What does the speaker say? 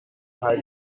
hari